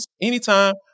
anytime